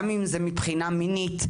גם מבחינה מינית,